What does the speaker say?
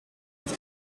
het